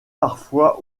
parfois